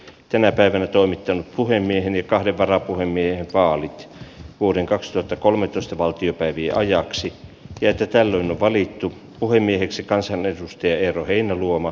tänä päivänä toimittanut puhemiehen ja kahden varapuhemiehen vaalit vuoden kaksituhattakolmetoista valtiopäivien ajaksi että tällöin valittu puhemieheksi kansanedustaja eero heinäluoma